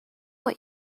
what